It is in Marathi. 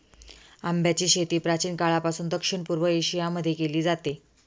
आंब्याची शेती प्राचीन काळापासून दक्षिण पूर्व एशिया मध्ये केली जाते